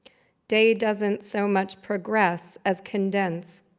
day doesn't so much progress as condense.